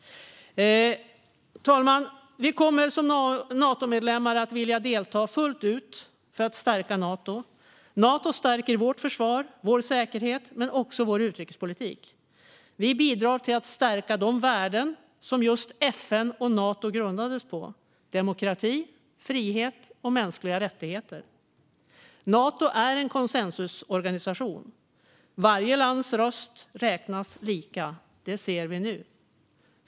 Vi kommer som Natomedlemmar att vilja delta fullt ut för att stärka Nato. Nato stärker vårt försvar och vår säkerhet men också vår utrikespolitik. Vi bidrar till att stärka de värden som just FN och Nato grundades på: demokrati, frihet och mänskliga rättigheter. Nato är en konsensusorganisation. Varje lands röst räknas lika. Det ser vi nu.